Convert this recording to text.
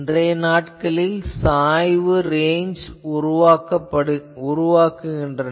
இன்றைய நாட்களில் சாய்வு ரேஞ்ச் உருவாக்குகின்றனர்